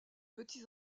petits